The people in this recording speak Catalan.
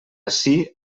ací